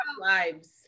lives